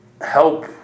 help